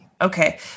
Okay